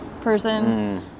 person